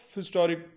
historic